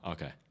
Okay